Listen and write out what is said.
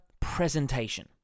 presentation